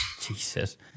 Jesus